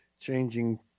changing